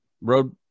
road